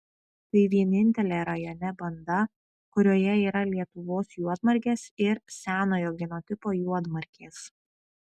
tai vienintelė rajone banda kurioje yra lietuvos juodmargės ir senojo genotipo juodmargės